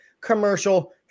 commercial